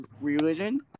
religion